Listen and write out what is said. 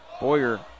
Boyer